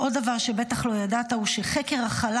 עוד דבר שבטח לא ידעת הוא שחקר החלל